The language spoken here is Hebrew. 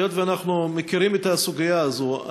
היות שאנחנו מכירים את הסוגיה הזאת,